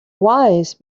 wise